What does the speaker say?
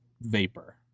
vapor